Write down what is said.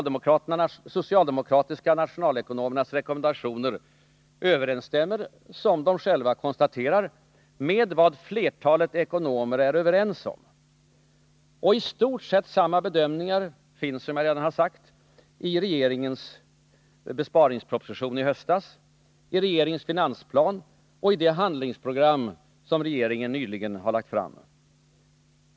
De socialdemokratiska nationalekonomernas rekommendationer överensstämmer — som de själva konstaterar — med vad flertalet ekonomer är överens om. I stort sett samma bedömningar återfinns, som jag redan har sagt, i regeringens besparingsproposition från i höstas, i regeringens finansplan och i det handlingsprogram som regeringen nyligen har lagt fram.